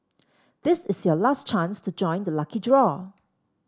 this is your last chance to join the lucky draw